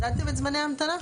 בדקתם את זמני ההמתנה?